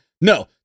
No